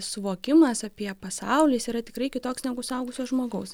suvokimas apie pasaulį jis yra tikrai kitoks negu suaugusio žmogaus